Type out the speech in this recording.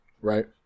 right